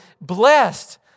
blessed